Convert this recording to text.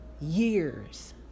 years